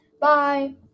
Bye